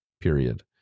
Period